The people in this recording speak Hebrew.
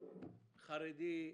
החרדי,